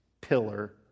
pillar